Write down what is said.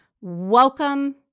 welcome